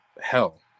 hell